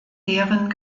deren